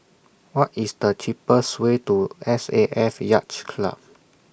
What IS The cheapest Way to S A F Yacht Club